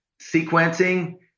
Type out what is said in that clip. sequencing